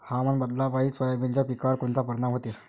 हवामान बदलापायी सोयाबीनच्या पिकावर कोनचा परिणाम होते?